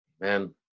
Amen